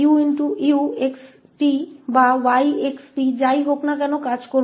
हम 𝑢𝑥𝑡 या 𝑦𝑥𝑡 के साथ काम करेंगे